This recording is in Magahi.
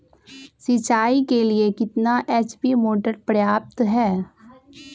सिंचाई के लिए कितना एच.पी मोटर पर्याप्त है?